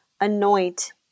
anoint